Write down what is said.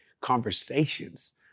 conversations